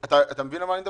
אתה מבין על מה אני מדבר?